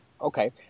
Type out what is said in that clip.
Okay